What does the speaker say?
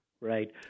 Right